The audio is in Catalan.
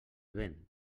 vent